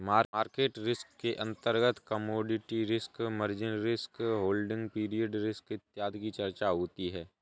market risk के अंतर्गत commodity risk, margin risk, holding period risk इत्यादि की चर्चा होती है